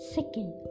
Second